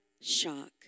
shock